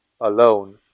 alone